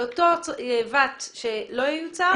על אותו וואט שלא ייוצר,